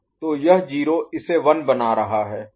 तो यह 0 इसे 1 बना रहा है